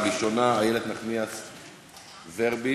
אני רק אומר,